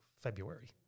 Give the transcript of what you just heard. February